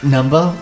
Number